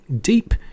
deep